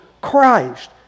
Christ